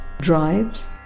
drives